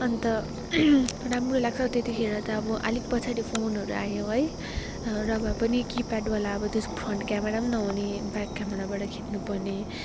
अन्त राम्रो लाग्छ त्यतिखेर त अब अलिक पछाडि फोनहरू आयो है र भए पनि किप्याडवाला अब त्यसको फ्रन्ट क्यामेरा पनि नहुने ब्याक क्यामेराबाट खिच्नुपर्ने